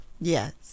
Yes